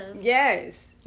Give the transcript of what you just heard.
Yes